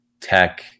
Tech